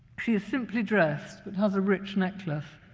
she is simply dressed, but has a rich necklace.